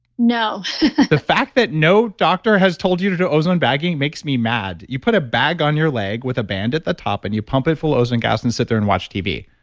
no the fact that no doctor has told you to do ozone bagging makes me mad. you put a bag on your leg with a band at the top and you pump it full ozone gas and sit there and watch tv.